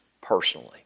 personally